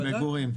המגורים.